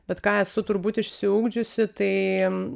bet ką esu turbūt išsiugdžiusi tai